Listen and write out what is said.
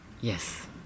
yes